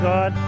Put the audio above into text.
God